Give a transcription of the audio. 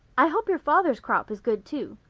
i hope your father's crop is good too.